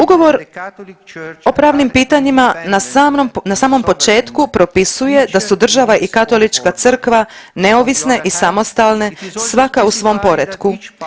Ugovor o pravnim pitanjima na samom početku propisuje da su država i Katolička crkva neovisne i samostalne svaka u svom poretku.